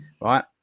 right